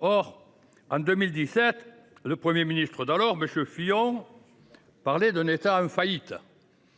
Or, en 2007, le Premier ministre d’alors, M. Fillon, parlait d’un État en faillite